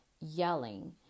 yelling